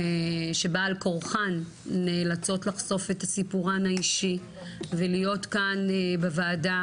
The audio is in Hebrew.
שבעל-כורחן נאצלות לחשוף את סיפורן האישי ולהיות כאן בוועדה